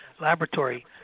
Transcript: Laboratory